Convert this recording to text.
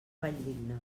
valldigna